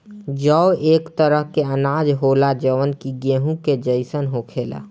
जौ एक तरह के अनाज होला जवन कि गेंहू के जइसन होखेला